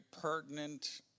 pertinent